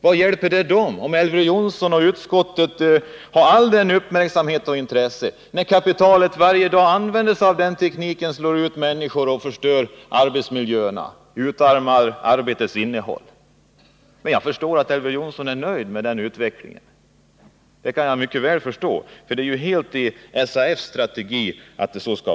Vad hjälper dem all uppmärksamhet och allt intresse från Elver Jonsson och utskottet, när kapitalet varje dag använder sig av den tekniken, slår ut människor, förstör arbetsmiljöer och utarmar arbetets innehåll? Men jag förstår att Elver Jonsson är nöjd med den utvecklingen. Det är helt i SAF:s intresse att det är så.